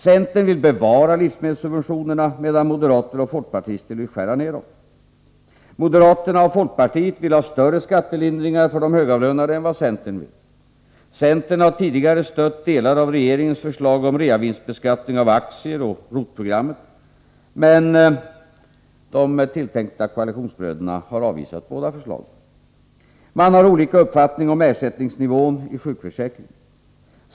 Centern vill bevara livsmedelssubventionerna, medan moderater och folkpartister vill skära ned dem. Moderaterna och folkpartiet vill ha större skattelindringar för de högavlönade än vad centern vill. Centern har tidigare stött delar av regeringens förslag om reavinstbeskattning av aktier och ROT-programmet, men de tilltänkta koalitionsbröderna har avvisat båda förslagen. Man har olika uppfattning om ersättningsnivån i sjukförsäkringen.